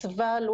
כן.